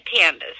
pandas